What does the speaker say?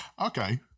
Okay